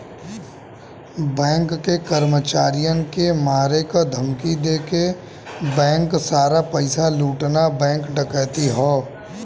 bank के कर्मचारियन के मारे क धमकी देके बैंक सारा पइसा लूटना बैंक डकैती हौ